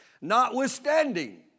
Notwithstanding